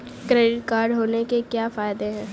Credit card होने के क्या फायदे हैं?